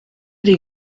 des